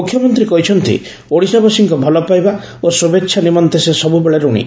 ମୁଖ୍ୟମନ୍ତୀ କହିଛନ୍ତି ଓଡିଶା ବାସୀଙ୍କ ଭଲ ପାଇବା ଓ ଶ୍ରୁଭେଛା ନିମନ୍ତେ ସେ ସବୁବେଳେ ରଣୀ